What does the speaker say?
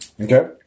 Okay